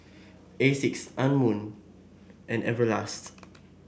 Asics Anmum and Everlast